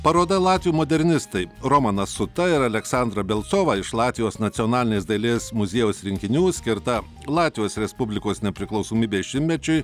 paroda latvių modernistai romanas suta ir aleksandra belcova iš latvijos nacionalinės dailės muziejaus rinkinių skirta latvijos respublikos nepriklausomybės šimtmečiui